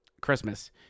Christmas